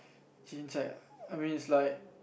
chincai ah I mean is like